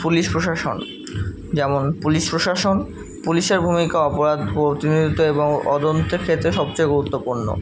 police প্রশাসন যেমন police প্রশাসন পুলিশের ভূমিকা অপরাধ প্রতিনিধিত্ব এবং অদন্তের ক্ষেত্রে সবচেয়ে গুরুত্বপূর্ণ